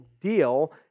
deal